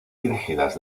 dirigidas